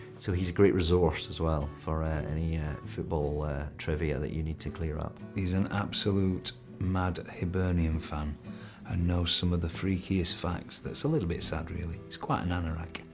so he's a great resource as well for any football trivia that you need to clear up. he's an absolute mad hibernian fan and knows some of the freakiest facts that it's a little bit sad, really. he's quite an anorak.